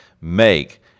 make